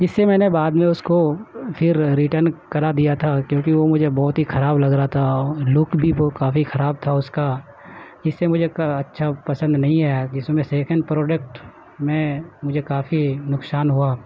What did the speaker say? جس سے میں نے بعد میں اس کو پھر ریٹرن کرا دیا تھا کیونکہ وہ مجھے بہت ہی خراب لگ رہا تھا اور لک بھی وہ کافی خراب تھا اس کا جس سے مجھے کا اچھا پسند نہیں آیا جس میں سے سکینڈ پروڈکٹ میں مجھے کافی نقصان ہوا